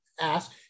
ask